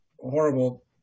horrible